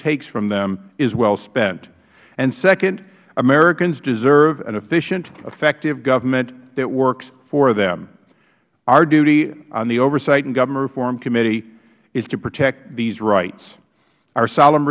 takes from them is well spent and second americans deserve an efficient effective government that works for them our duty on the government oversight and reform committee is to protect these rights our solemn